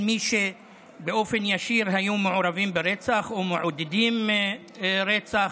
מי שהיו מעורבים ברצח באופן ישיר או מעודדים רצח